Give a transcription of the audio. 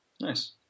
nice